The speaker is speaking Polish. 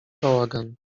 bałagan